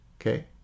okay